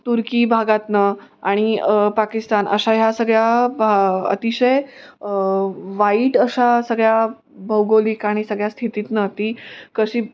तुर्की भागातून आणि पाकिस्तान अशा ह्या सगळ्या भा अतिशय वाईट अशा सगळ्या भौगोलिक आणि सगळ्या स्थितीतून ती कशी